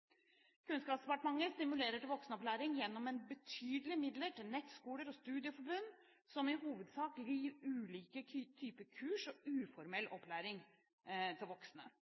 Kunnskapsdepartementet stimulerer til voksenopplæring gjennom betydelige midler til nettskoler og studieforbund, som i hovedsak gir ulike typer kurs og uformell opplæring til voksne.